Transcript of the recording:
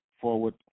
forward